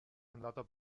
andata